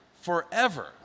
forever